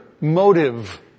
motive